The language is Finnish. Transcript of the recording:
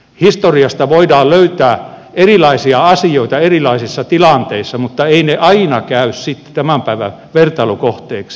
historiasta voidaan löytää erilaisia asioita erilaisissa tilanteissa mutta eivät ne aina käy sitten tämän päivän vertailukohteeksi